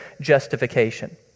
justification